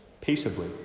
peaceably